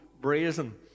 brazen